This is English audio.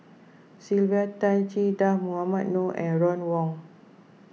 Sylvia Tan Che Dah Mohamed Noor and Ron Wong